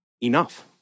enough